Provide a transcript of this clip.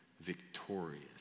victorious